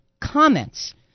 comments